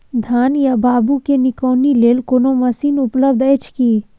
धान या बाबू के निकौनी लेल कोनो मसीन उपलब्ध अछि की?